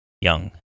young